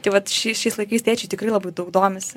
tai vat ši šiais laikais tėčiai tikrai labai daug domisi